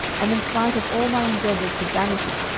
and in spite of all my endeavours to banish it,